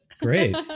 great